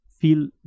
feel